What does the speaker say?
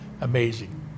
Amazing